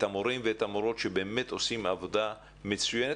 את המורים ואת המורות שבאמת עושים עבודה מצוינת.